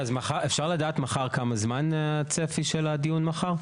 אפשר לדעת מחר כמה זמן הצפי של הדיון מחר?